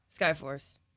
Skyforce